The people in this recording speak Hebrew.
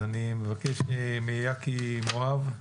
אז אני מבקש מיקי מואב.